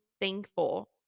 thankful